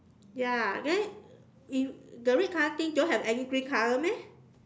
ya then if the red color thing don't have any green color meh